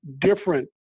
different